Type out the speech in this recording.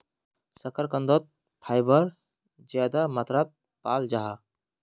शकार्कंदोत फाइबर ज्यादा मात्रात पाल जाहा